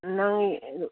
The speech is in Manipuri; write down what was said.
ꯅꯪꯒꯤ